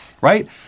Right